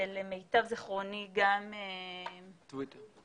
ולמיטב זיכרוני גם טוויטר,